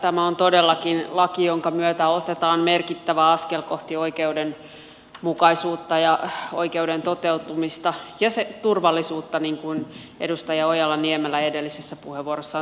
tämä on todellakin laki jonka myötä otetaan merkittävä askel kohti oikeudenmukaisuutta ja oikeuden toteutumista ja turvallisuutta niin kuin edustaja ojala niemelä edellisessä puheenvuorossaan totesi